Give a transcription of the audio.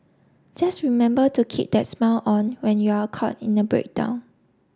just remember to keep that smile on when you're caught in a breakdown